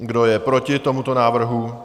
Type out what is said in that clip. Kdo je proti tomuto návrhu?